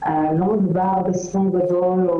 מדובר בסכום גדול.